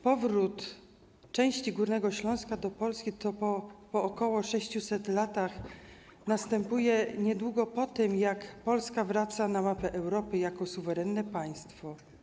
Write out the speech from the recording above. Powrót części Górnego Śląska do Polski po ok. 600 latach następuje niedługo po tym, jak Polska wraca na mapę Europy jako suwerenne państwo.